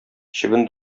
чебен